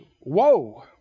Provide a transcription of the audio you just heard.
woe